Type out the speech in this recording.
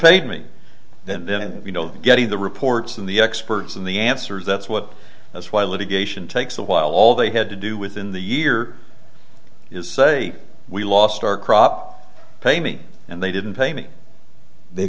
paid me then then you don't get in the reports of the experts and the answers that's what that's why litigation takes a while all they had to do within the year you say we lost our crop pay me and they didn't pay me they